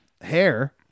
hair